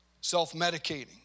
self-medicating